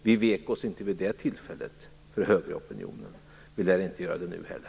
Vi vek oss inte vid det tillfället för högeropinionen. Vi lär inte göra det nu heller.